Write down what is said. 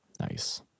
Nice